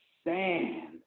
stand